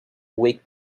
week